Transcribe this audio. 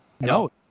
No